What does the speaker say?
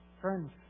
Friends